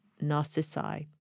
Narcissi